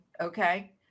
Okay